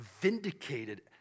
vindicated